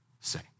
say